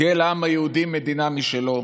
תהיה לעם היהודי מדינה משלו,